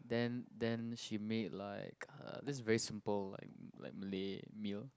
then then she make like uh this is very simple like like Malay meal